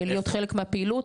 להיות חלק מהפעילות,